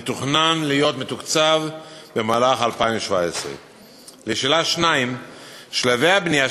המתוכנן להיות מתוקצב במהלך 2017. 2. שלבי הבנייה